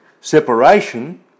separation